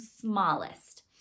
smallest